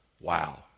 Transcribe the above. Wow